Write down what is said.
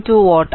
2 what